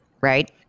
right